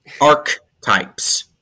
Archetypes